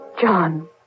John